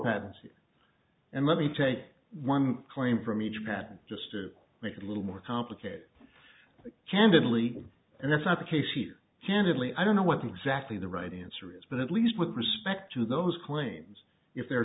patents and let me take one claim from each patent just to make it a little more complicated candidly and that's not the case here candidly i don't know what exactly the right answer is but at least with respect to those claims if they're